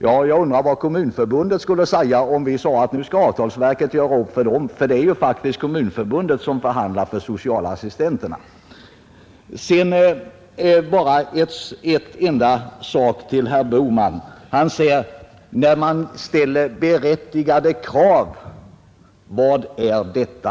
Ja, jag undrar vad Kommunförbundet skulle säga om man uppmanade avtalsverket att göra upp för dem — det är ju faktiskt Kommunförbundet som skall förhandla för socialassistenterna. Sedan bara en enda fråga till herr Bohman. Han säger ”när man ställer berättigade krav”. Vad är detta?